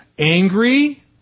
angry